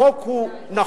החוק הוא נכון,